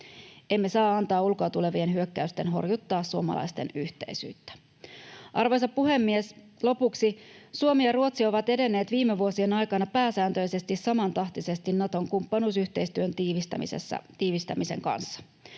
Emme saa antaa ulkoa tulevien hyökkäysten horjuttaa suomalaisten yhteisyyttä. Arvoisa puhemies! Lopuksi: Suomi ja Ruotsi ovat edenneet viime vuosien aikana pääsääntöisesti samantahtisesti Naton kumppanuusyhteistyön tiivistämisen kanssa.